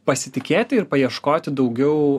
pasitikėti ir paieškoti daugiau